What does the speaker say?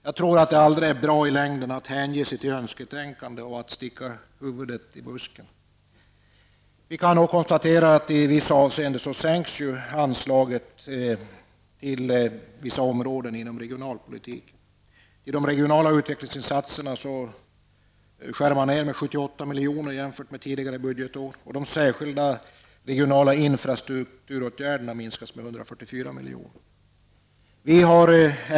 Jag tror aldrig att det i längden är bra att hänge sig åt önsketänkande och att sticka huvudet i busken. I vissa avseenden sänks anslaget inom vissa områden till regionalpolitiken. De regionala utvecklingsinsatserna skärs ned med 78 miljoner jämfört med tidigare budgetår, och anslaget till de särskilda regionala infrastrukturåtgärderna sänks med 144 milj.kr.